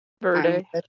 Verde